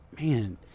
man